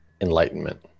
enlightenment